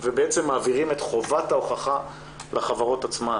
ובעצם את חובת ההוכחה לחברות עצמן.